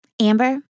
Amber